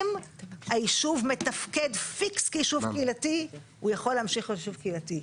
אם היישוב מתפקד פיקס כיישוב קהילתי הוא יכול להמשיך יישוב קהילתי.